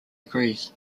agrees